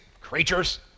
creatures